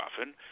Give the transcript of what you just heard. often